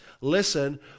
Listen